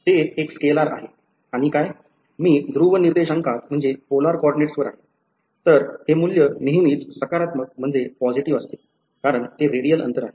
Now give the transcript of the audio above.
हे एक स्केलर आहे आणि काय मी ध्रुव निर्देशांकात वर आहे तर हे मूल्य नेहमीच सकारात्मक असते कारण ते रेडियल अंतर आहे